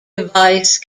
vice